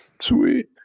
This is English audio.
Sweet